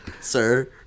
Sir